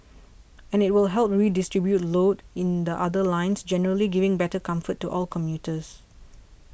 and it will help redistribute load in the other lines generally giving better comfort to all commuters